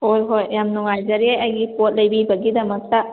ꯍꯣꯏ ꯍꯣꯏ ꯌꯥꯝ ꯅꯨꯡꯉꯥꯏꯖꯔꯦ ꯑꯩꯒꯤ ꯄꯣꯠ ꯂꯩꯕꯤꯕꯒꯤꯗꯃꯛꯇ